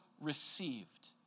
received